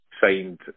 signed